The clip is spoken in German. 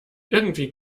irgendwie